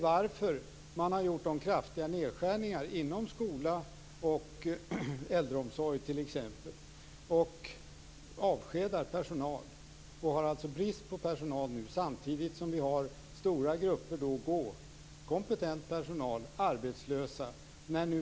Varför har man gjort kraftiga nedskärningar inom t.ex. skola och äldreomsorg och avskedat personal, så att man nu har brist på personal samtidigt som stora grupper av kompetent personal går arbetslösa.